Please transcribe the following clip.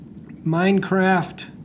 Minecraft